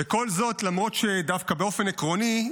וכל זאת למרות שדווקא באופן עקרוני,